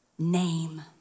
name